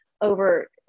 over